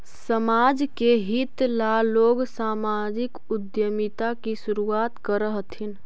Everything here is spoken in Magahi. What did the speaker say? समाज के हित ला लोग सामाजिक उद्यमिता की शुरुआत करअ हथीन